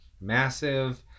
Massive